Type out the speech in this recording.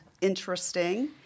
interesting